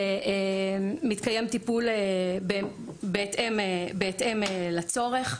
ומתקיים טיפול בהתאם לצורך.